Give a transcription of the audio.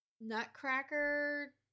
Nutcracker